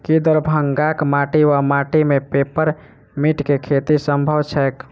की दरभंगाक माटि वा माटि मे पेपर मिंट केँ खेती सम्भव छैक?